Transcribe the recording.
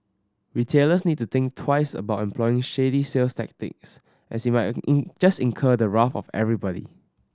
retailers need to think twice about employing shady sales tactics as it might just incur the wrath of everybody